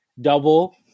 Double